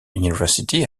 university